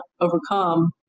overcome